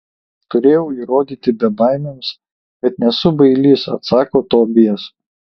turėjau įrodyti bebaimiams kad nesu bailys atsako tobijas